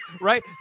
right